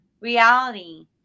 reality